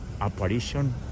apparition